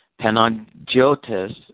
Panagiotis